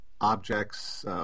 objects